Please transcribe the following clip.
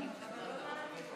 (הארכת המועד להשבת התמורה),